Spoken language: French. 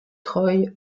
troy